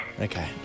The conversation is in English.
Okay